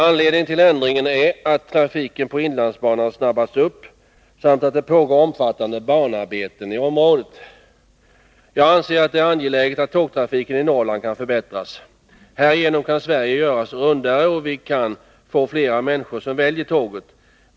Anledningen till ändringen är att trafiken på inlandsbanan snabbats upp samt att det pågår omfattande banarbeten i området. Jag anser att det är angeläget att tågtrafiken i Norrland kan förbättras. Härigenom kan Sverige göras ”rundare”, och vi kan få fler människor som väljer tåget.